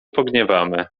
pogniewamy